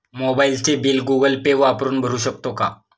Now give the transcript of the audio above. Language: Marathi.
मोबाइलचे बिल गूगल पे वापरून भरू शकतो का?